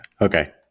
Okay